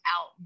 out